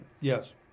Yes